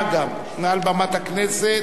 גם מעל במת הכנסת,